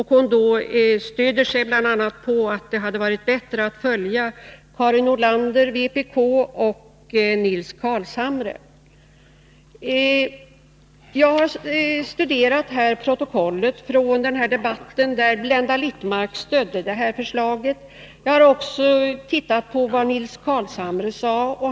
Hon sade att det hade varit bättre att följa Karin Nordlander, vpk och Nils Carlshamre. Jag har studerat protokollet från den debatten, då Blenda Littmarck stödde det här förslaget. Jag har bl.a. tittat på vad Nils Carlshamre sade.